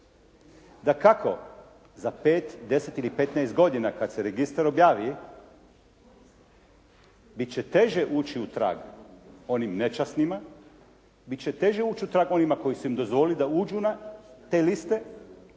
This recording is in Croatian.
Dakako za 5, 10 ili 15 godina kad se registar objavi bit će teže ući u trag onim nečasnima. Bit će teže ući u trag onima koji su im dozvolili da uđu na te liste